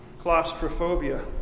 claustrophobia